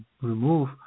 remove